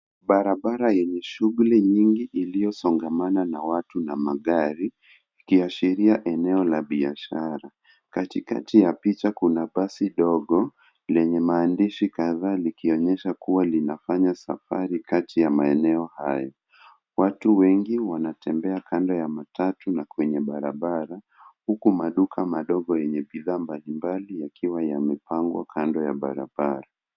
Barabara yenye shughuli nyingi iliyosongamana na watu na magari ikiashiria eneo la biashara. Katikati ya picha kuna basi dogo lenye maandishi kadhaa likionyesga kuwa linafanya safari kati ya maeneo hayo. Watu wengi wanatembea kando ya matatu na kwenye barabara huku maduka madogo yenye bidhaa mbalimbali yakiwa yamepangwa kando ya barabara.